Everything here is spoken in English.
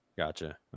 Gotcha